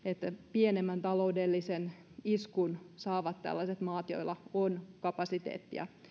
pienemmän taloudellisen iskun saavat sellaiset maat joilla on kapasiteettia